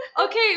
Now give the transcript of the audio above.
Okay